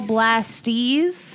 Blastees